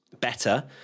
better